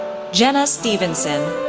jenna stephenson,